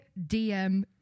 DM